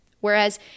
Whereas